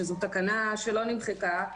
שזו תקנה שלא נמחקה,